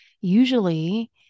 usually